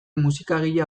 musikagile